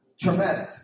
traumatic